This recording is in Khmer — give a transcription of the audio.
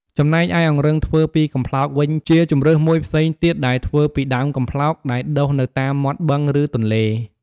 ចំណែកឯអង្រឹងធ្វើពីកំប្លោកវិញជា ជម្រើសមួយផ្សេងទៀតដែលធ្វើពីដើមកំប្លោកដែលដុះនៅតាមមាត់បឹង ឬទន្លេ។